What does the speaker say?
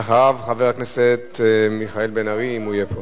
אחריו, חבר הכנסת מיכאל בן-ארי, אם הוא יהיה פה.